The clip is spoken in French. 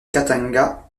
khatanga